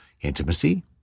intimacy